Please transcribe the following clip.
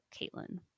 Caitlin